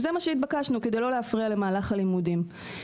זה מה שהתבקשנו כדי לא להפריע למהלך הלימודים.